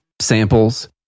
samples